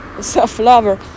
self-lover